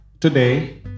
Today